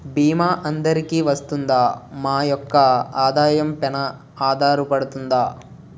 భీమా అందరికీ వరిస్తుందా? మా యెక్క ఆదాయం పెన ఆధారపడుతుందా?